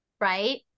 right